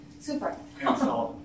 Super